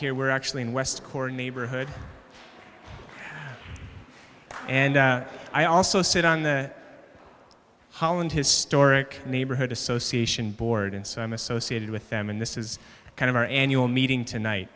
here we're actually in west corner neighborhood and i also sit on the holland historic neighborhood association board and so i'm associated with them and this is kind of our annual meeting tonight